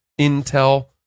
intel